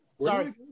sorry